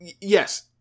yes